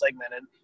segmented